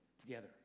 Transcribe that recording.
Together